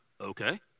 okay